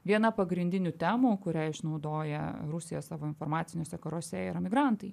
viena pagrindinių temų kurią išnaudoja rusija savo informaciniuose karuose yra migrantai